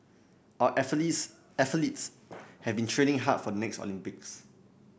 our athletes athletes have been training hard for next Olympics